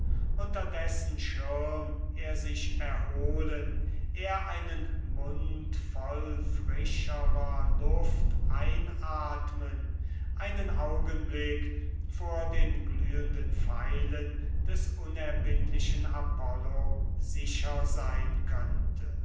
dessen schirm er sich erholen er einen mund voll frischerer luft einatmen einen augenblick vor den glühenden pfeilen des unerbittlichen apollo sicher sein könnte